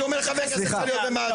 הוא אומר לחבר כנסת שצריך להיות במעצר.